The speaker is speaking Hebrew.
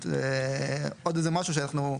זה עוד איזה משהו שאנחנו,